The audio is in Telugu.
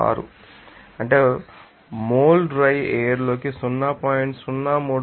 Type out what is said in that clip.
036 అంటే 1 మోల్ డ్రై ఎయిర్ లోకి 0